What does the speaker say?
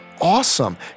awesome